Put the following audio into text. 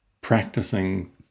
practicing